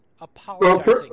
apologizing